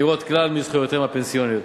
ליהנות כלל מזכויותיהם הפנסיוניות.